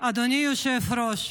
אדוני היושב-ראש,